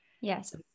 yes